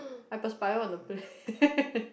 I perspire on the plane